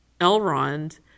Elrond